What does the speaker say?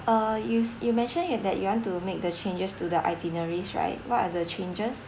uh you you mentioned that you want to make the changes to the itineraries right what are the changes